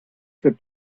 said